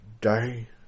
day